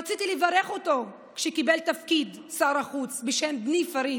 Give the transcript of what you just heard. רציתי לברך אותו שקיבל את תפקיד שר החוץ בשם בני פריד.